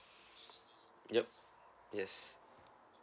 yup yes